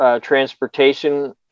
transportation